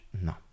No